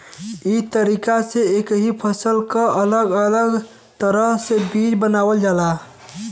ई तरीका से एक ही फसल के अलग अलग तरह के बीज बनावल जाला